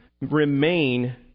remain